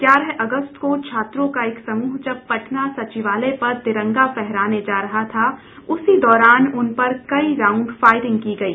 ग्यारह अगस्त को छात्रों का एक समूह जब पटना सचिवालय पर तिरंगा फहराने जा रहा था उसी दौरान उन पर कई राउंड फायरिंग की गयी